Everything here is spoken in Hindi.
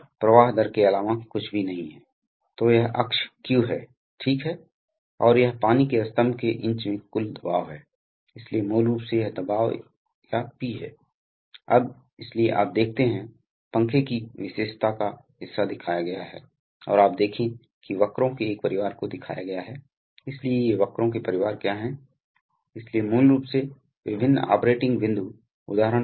एक्टुएशन के लिए एयर सिलेंडर तो कभी कभी आपको डीजल और gas turbine engine diesel generator और गैस टरबाइन इंजन के लिए शुरुआती हवा की आवश्यकता होती है इसके लिए भी आपको संपीड़ित हवा की आवश्यकता होती है आपको उपकरण की आवश्यकता होती है इसलिए ड्रिलिंग के लिए स्क्रू ड्राइविंग के लिए विभिन्न प्रकार के उपकरण चाहिए